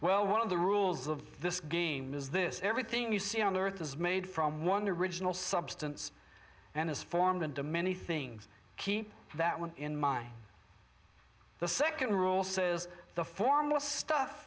well one of the rules of this game is this everything you see on earth is made from wonder original substance and is formed into many things keep that one in mind the second rule says the formless stuff